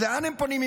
אז לאן הם פונים,